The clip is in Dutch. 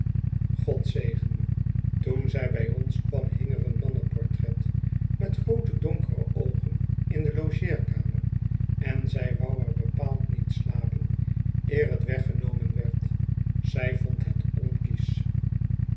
god zegen me toen zij bij ons kwam hing er een mannenportret y met groote donkere oogen in de logeerkamer en zij wou er bepaald niet slapen eer hetweggenomen werd zij vond het